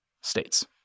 states